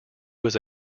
was